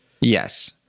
yes